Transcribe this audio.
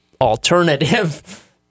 alternative